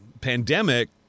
pandemic